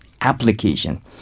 application